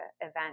event